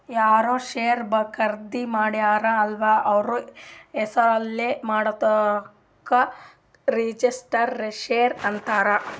ಯಾರ್ ಶೇರ್ ಖರ್ದಿ ಮಾಡ್ತಾರ ಅಲ್ಲ ಅವ್ರ ಹೆಸುರ್ಲೇ ಮಾಡಾದುಕ್ ರಿಜಿಸ್ಟರ್ಡ್ ಶೇರ್ ಅಂತಾರ್